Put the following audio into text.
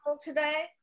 today